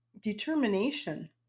determination